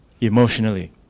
emotionally